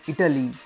Italy